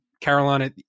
Carolina